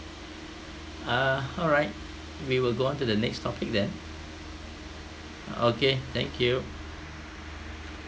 uh alright we will go on to the next topic then okay thank you